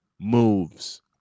moves